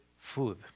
food